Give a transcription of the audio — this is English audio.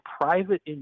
private